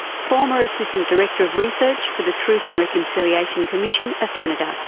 former assistant director of research for the truth and reconciliation commission of canada.